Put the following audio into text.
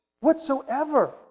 whatsoever